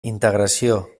integració